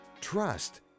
trust